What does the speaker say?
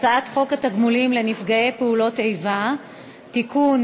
הצעת חוק התגמולים לנפגעי פעולות איבה (תיקון,